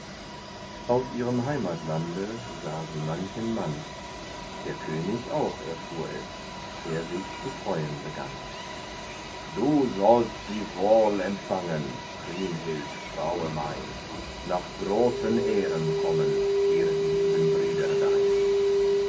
aus ihrem heimatlande sah sie manchen mann der könig auch erfuhr es der sich zu freuen begann du sollst sie wohl empfangen kriemhild fraue mein nach großen ehren kommen dir die lieben brüder dein